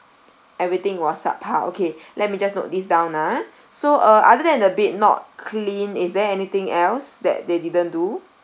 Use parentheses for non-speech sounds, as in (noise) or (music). everything was at subpar okay (breath) let me just note this down ah so uh other than a bit not clean is there anything else that they didn't do